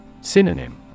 Synonym